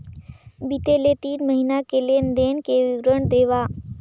बितले तीन महीना के लेन देन के विवरण देवा?